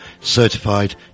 Certified